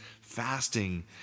fasting